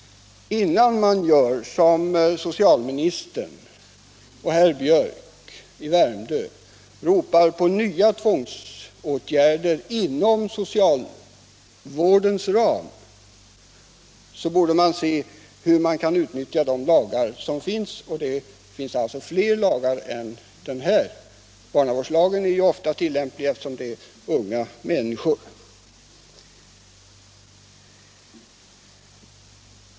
Innan man, såsom socialministern och herr Biörck i Värmdö gör, ropar på nya tvångsåtgärder inom socialvårdens ram, borde man därför undersöka hur man kan utnyttja de lagar som redan finns — det finns fler lagar än den jag nämnt, barnavårdslagen är ofta tillämplig eftersom det gäller unga människor.